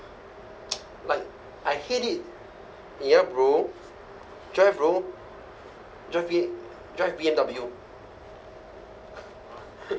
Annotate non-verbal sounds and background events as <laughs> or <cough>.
<noise> like I hate it ya bro drive bro drive B drive B_M_W <laughs>